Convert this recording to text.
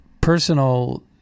personal